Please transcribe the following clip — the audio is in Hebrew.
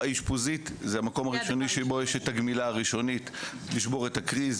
האשפוזית זה מקום הראשוני שבו יש את הגמילה הראשונית לשבור את הקריז,